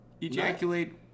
ejaculate